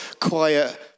quiet